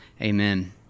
Amen